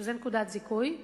שזה נקודת זיכוי,